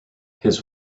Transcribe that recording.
his